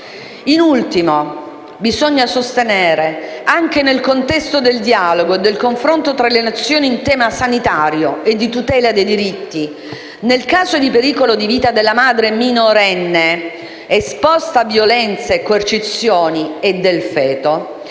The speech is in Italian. In ultimo, bisogna sostenere, anche nel contesto del dialogo e del confronto tra le Nazioni in tema sanitario e di tutela dei diritti, nel caso di pericolo di vita della madre minorenne esposta a violenze e coercizioni e del feto,